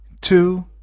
two